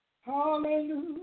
Hallelujah